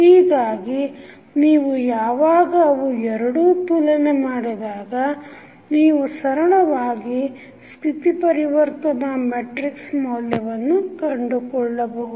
ಹೀಗಾಗಿ ನೀವು ಯಾವಾಗ ಅವು ಎರಡೂ ತುಲನೆ ಮಾಡಿದಾಗ ನೀವು ಸರಳವಾಗಿ ಸ್ಥಿತಿ ಪರಿವರ್ತನಾ ಮೆಟ್ರಿಕ್ಸ್ ಮೌಲ್ಯವನ್ನು ಕಂಡುಕೊಳ್ಳಬಹುದು